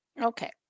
Okay